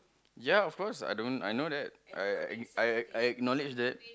ya of course I don't I know that I I I acknowledged that